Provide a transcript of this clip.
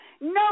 no